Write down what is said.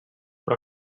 però